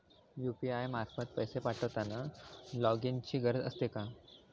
UPI मार्फत पैसे पाठवताना लॉगइनची गरज असते का?